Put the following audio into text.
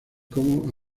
como